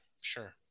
Sure